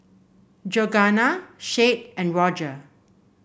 Georganna Shade and Rodger